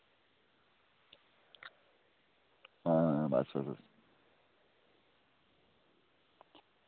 हां बस